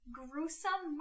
gruesome